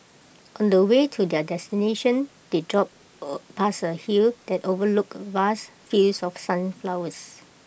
on the way to their destination they drove past A hill that overlooked vast fields of sunflowers